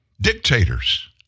dictators